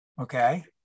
Okay